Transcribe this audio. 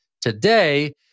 today